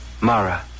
Mara